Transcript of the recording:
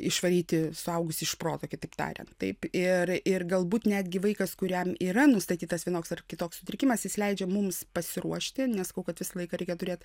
išvaryti suaugusį iš proto kitaip tariant taip ir ir galbūt netgi vaikas kuriam yra nustatytas vienoks ar kitoks sutrikimas jis leidžia mums pasiruošti nesakau kad visą laiką reikia turėt